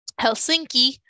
Helsinki